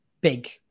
big